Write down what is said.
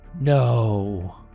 no